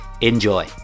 Enjoy